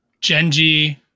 Genji